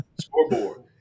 Scoreboard